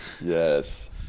Yes